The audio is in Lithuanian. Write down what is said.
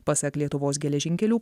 pasak lietuvos geležinkelių